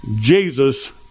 Jesus